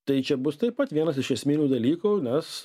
tai čia bus taip pat vienas iš esminių dalykų nes